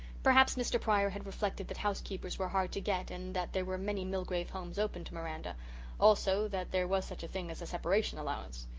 perhaps mr. pryor had reflected that housekeepers were hard to get and that there were many milgrave homes open to miranda also, that there was such a thing as a separation allowance.